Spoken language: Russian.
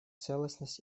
целостность